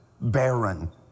barren